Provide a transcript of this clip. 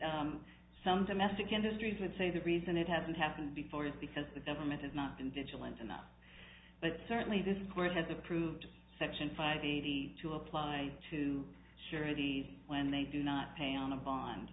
and some domestic industries would say the reason it hasn't happened before is because the government has not been vigilant enough but certainly this court has approved section five eighty to apply to surety when they do not pay on a bond